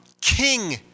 King